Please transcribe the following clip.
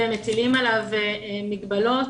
ומטילים עליו מגבלות,